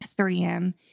3M